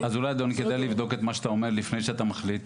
אולי אדוני כדאי לבדוק את מה שאתה אומר לפני שאתה מחליט?